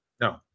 No